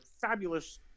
fabulous